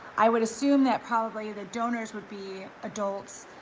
i would assume that probably the donors would be adults,